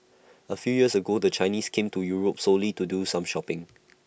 A few years ago the Chinese came to Europe solely to do some shopping